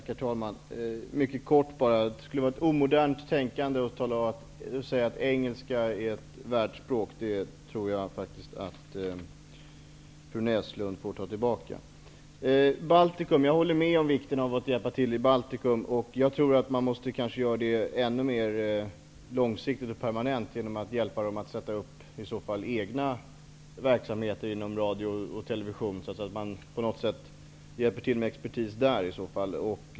Herr talman! Mycket kort: Jag tror faktiskt att fru Näslund får ta tillbaka påståendet att det är ett omodernt tänkande att engelska skulle vara ett världsspråk. Jag håller med om vikten av att hjälpa till i Baltikum, och man måste kanske göra det ännu mer än någonsin och permanent genom att hjälpa balterna att sätt upp egna radio och televisionsverksamheter. Man bör i så fall hjälpa till med exempelvis expertis på området.